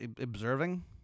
observing